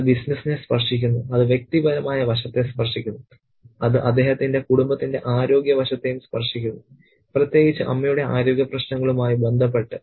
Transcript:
അത് ബിസിനസ്സിനെ സ്പർശിക്കുന്നു അത് വ്യക്തിപരമായ വശത്തെ സ്പർശിക്കുന്നു അത് അദ്ദേഹത്തിന്റെ കുടുംബത്തിന്റെ ആരോഗ്യ വശത്തെയും സ്പർശിക്കുന്നു പ്രത്യേകിച്ച് അമ്മയുടെ ആരോഗ്യ പ്രശ്നങ്ങളുമായി ബന്ധപ്പെട്ട്